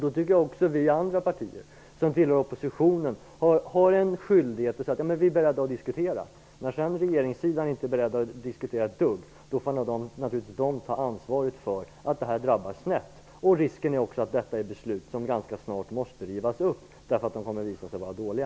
Då tycker jag också att vi andra partier, som tillhör oppositionen, har en skyldighet att säga att vi är beredda att diskutera. När sedan regeringen inte är beredd att diskutera ett dugg, så får den naturligtvis ta ansvaret för att detta drabbar snett. Risken är också att detta är beslut som ganska snart måste rivas upp, eftersom de kommer att visa sig vara dåliga.